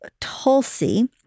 Tulsi